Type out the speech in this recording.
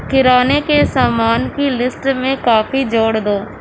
کریانے کے سامان کی لسٹ میں کافی جوڑ دو